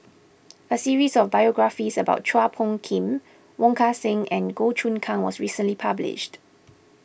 a series of biographies about Chua Phung Kim Wong Kan Seng and Goh Choon Kang was recently published